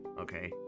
okay